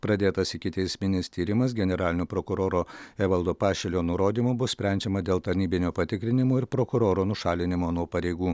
pradėtas ikiteisminis tyrimas generalinio prokuroro evaldo pašilio nurodymu bus sprendžiama dėl tarnybinio patikrinimo ir prokuroro nušalinimo nuo pareigų